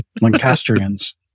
Lancastrians